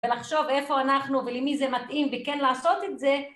ולחשוב איפה אנחנו ולמי זה מתאים וכן לעשות את זה